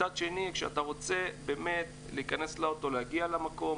מצד שני כשאתה רוצה באמת להכנס לאוטו להגיע למקום,